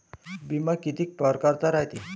बिमा कितीक परकारचा रायते?